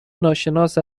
ناشناس